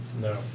No